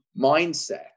mindset